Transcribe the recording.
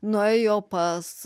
nuėjo pas